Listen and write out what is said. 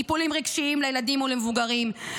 טיפולים רגשיים לילדים ולמבוגרים,